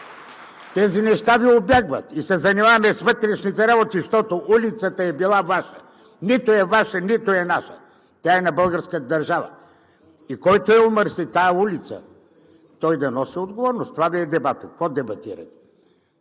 Тези неща Ви убягват и се занимаваме с вътрешните работи, защото улицата била Ваша. Нито е Ваша, нито е наша, тя е на българската държава и който я омърси тази улица, той да носи отговорност – това Ви е дебатът. Какво дебатирате?!